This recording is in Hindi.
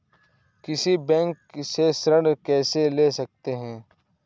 किसी बैंक से ऋण कैसे ले सकते हैं?